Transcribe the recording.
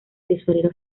tesorero